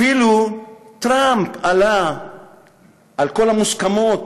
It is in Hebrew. אפילו טראמפ עלה על כל המוסכמות,